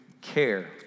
care